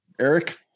Eric